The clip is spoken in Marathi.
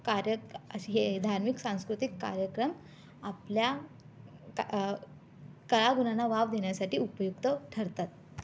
कार्यात अशे हे धार्मिक सांस्कृतिक कार्यक्रम आपल्या कलागुणांना वाव देण्यासाठी उपयुक्त ठरतात